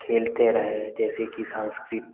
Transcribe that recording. खेलते रहे जैसे कि संस्कृति